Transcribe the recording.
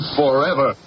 forever